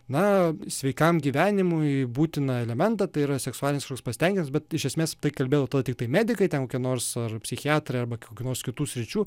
na sveikam gyvenimui būtiną elementą tai yra seksualinis kažkoks pasitenkinimas bet iš esmės tai kalbėjo tiktai medikai ten kokie nors ar psichiatrai arba kokių nors kitų sričių